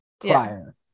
prior